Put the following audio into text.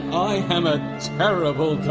i am a terrible